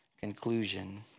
conclusion